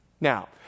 now